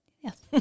Yes